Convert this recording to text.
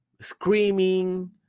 screaming